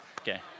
Okay